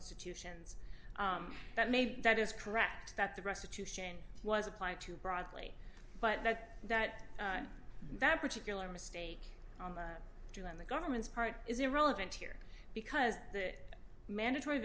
institutions that maybe that is correct that the restitution was applied to broadly but that that that particular mistake on the on the government's part is irrelevant here because the mandatory